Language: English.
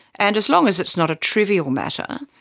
and as long as it is not a trivial matter,